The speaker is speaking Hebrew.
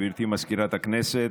גברתי מזכירת הכנסת,